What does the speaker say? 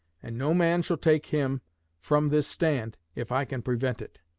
and no man shall take him from this stand if i can prevent it